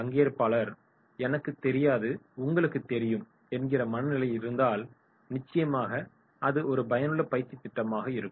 பங்கேற்பாளர் எனக்குத் தெரியாது உங்களுக்குத் தெரியும் என்கிற மனநிலையில் இருந்தால் நிச்சயமாக அது ஒரு பயனுள்ள பயிற்சித் திட்டமாக இருக்கும்